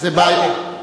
זה בעיה, נכון.